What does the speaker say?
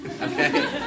Okay